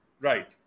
Right